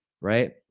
right